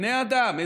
בני אדם,